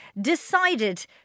decided